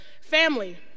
family